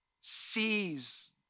sees